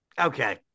Okay